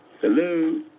Hello